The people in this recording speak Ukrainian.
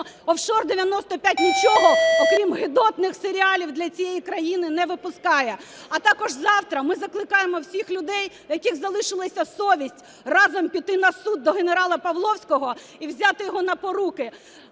"офшор 95" нічого, окрім гидотних серіалів, для цієї країни не випускає. А також завтра ми закликаємо всіх людей, в яких залишилася совість, разом піти на суд до генерала Павловського і взяти його на поруки.